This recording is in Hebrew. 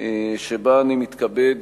שאני מתכבד